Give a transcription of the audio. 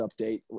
update